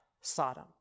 Sodom